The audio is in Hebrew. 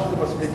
או שזה מספיק?